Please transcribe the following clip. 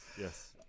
yes